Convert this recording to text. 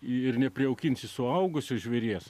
ir neprijaukinsi suaugusio žvėries